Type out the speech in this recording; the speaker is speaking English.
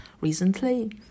recently